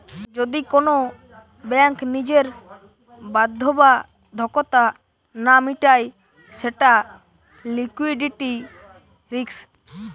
যদি কোন ব্যাঙ্ক নিজের বাধ্যবাধকতা না মিটায় সেটা লিকুইডিটি রিস্ক